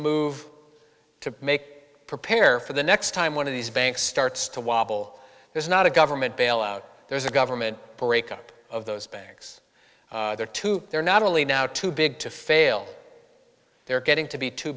move to make prepare for the next time one of these banks starts to wobble there's not a government bailout there's a government breakup of those banks there too they're not only now too big to fail they're getting to be too